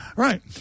right